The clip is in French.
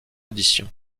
audition